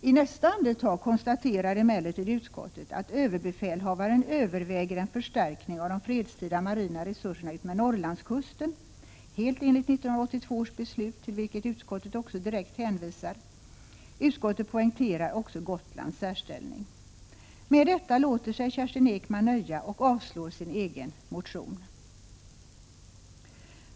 I nästa andetag konstaterar emellertid utskottet att överbefälhavaren överväger en förstärkning av de fredstida marina resurserna utmed Norrlandskusten, helt enligt 1982 års beslut, till vilket utskottet också direkt hänvisar. Utskottet poängterar även Gotlands särställning. Med detta låter sig Kerstin Ekman nöja och avstyrker sin egen motion.